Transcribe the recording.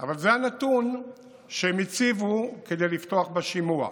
אבל זה הנתון שהם הציבו כדי לפתוח בשימוע.